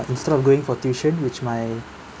instead of going for tuition which my